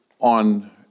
on